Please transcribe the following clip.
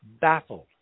baffled